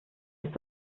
ist